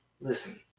listen